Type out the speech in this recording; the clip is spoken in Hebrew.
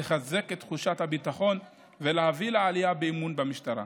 לחזק את תחושת הביטחון ולהביא לעלייה באמון במשטרה.